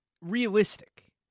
realistic